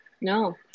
No